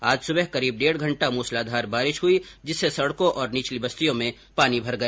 आज सुबह करीब डेढ घंटा मूसलाधार बारिश हुई इससे सडकों और निचली बस्तियों में पानी भर गया